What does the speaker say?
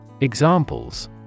Examples